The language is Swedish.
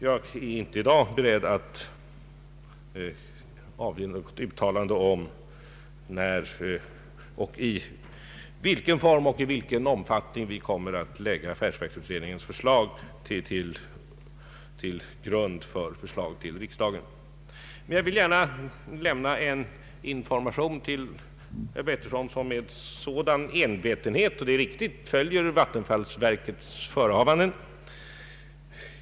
Jag är inte i dag beredd att avge något uttalande om när, i vilken form och i vilken omfattning vi kommer att lägga affärsverksutredningens = förslag = till grund för förslag till riksdagen. Men jag vill gärna lämna en information till herr Pettersson, som med sådan envetenhet — och det är riktigt — följer vattenfallsverkets förehavanden.